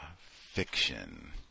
fiction